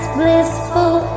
blissful